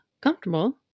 comfortable